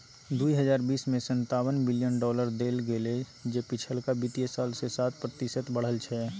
दुइ हजार बीस में सनतावन बिलियन डॉलर देल गेले जे पिछलका वित्तीय साल से सात प्रतिशत बढ़ल छै